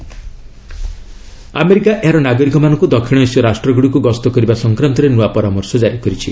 you S advisory America ଏହାର ନାଗରିକମାନଙ୍କୁ ଦକ୍ଷିଣ ଏସୀୟ ରାଷ୍ଟ୍ରଗୁଡ଼ିକୁ ଗସ୍ତ କରିବା ସଫକ୍ରାନ୍ତରେ ନୂଆ ପରାମର୍ଶ ଜାରି କରିଛି